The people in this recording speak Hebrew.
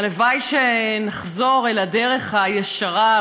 הלוואי שנחזור אל הדרך הישרה,